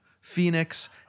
Phoenix